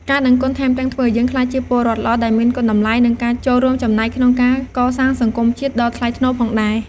ការដឹងគុណថែមទាំងធ្វើឱ្យយើងក្លាយជាពលរដ្ឋល្អដែលមានគុណតម្លៃ និងចូលរួមចំណែកក្នុងការកសាងសង្គមជាតិដ៏ថ្លៃថ្នូរផងដែរ។